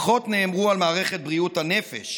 פחות נאמרו על מערכת בריאות הנפש,